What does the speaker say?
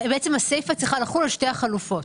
בעצם הסיפה צריכה לחול על שתי החלופות